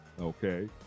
okay